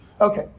Okay